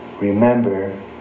remember